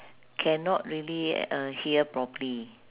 cannot really uh hear properly